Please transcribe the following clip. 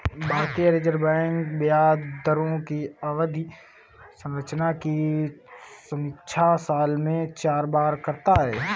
भारतीय reserve bank ब्याज दरों की अवधि संरचना की समीक्षा साल में चार बार करता है